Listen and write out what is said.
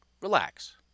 relax